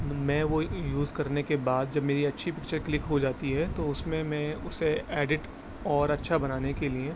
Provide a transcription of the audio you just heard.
میں وہ یوز کرنے کے بعد جب میری اچھی پکچر کلک ہو جاتی ہے تو اس میں میں اسے ایڈٹ اور اچھا بنانے کے لیے